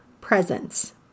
presence